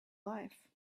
life